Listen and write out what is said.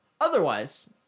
Otherwise